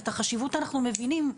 את החשיבות אנחנו מבינים.